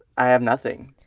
i have nothing.